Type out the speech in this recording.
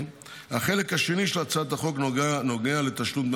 החלק השני של הצעת החוק נוגע לתשלום דמי